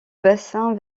bassin